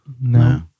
No